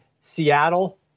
Seattle